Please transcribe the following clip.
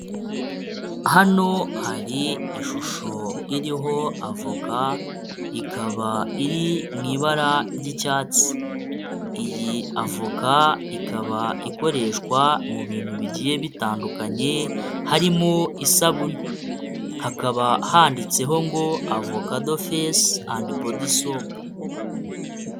Hano hari ishusho iriho avoka. Ikaba iri mu ibara ry’icyatsi. Iyi avoka ikaba ikoreshwa mu bintu bigiye bitandukanye, harimo isabune. Hakaba handitseho ngo avocadofesi andi avocadosopu.